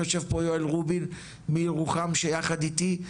יושב פה יואל רובין מירוחם יחד איתי,